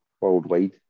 worldwide